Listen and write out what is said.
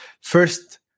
first